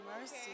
Mercy